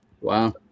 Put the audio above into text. Wow